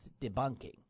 debunking